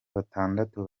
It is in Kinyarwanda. batandatu